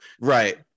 right